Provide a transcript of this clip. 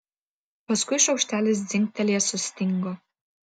paskui šaukštelis dzingtelėjęs sustingo